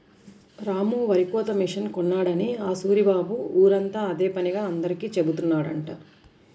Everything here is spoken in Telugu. రాము వరికోత మిషన్ కొన్నాడని ఆ సూరిబాబు ఊరంతా అదే పనిగా అందరికీ జెబుతున్నాడంట